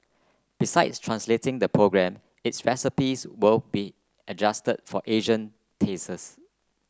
besides translating the program its recipes will be adjust for Asian tastes